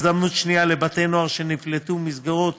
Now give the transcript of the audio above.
הזדמנות שנייה לבני נוער שנפלטו ממסגרות.